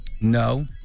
No